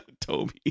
Toby